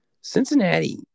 Cincinnati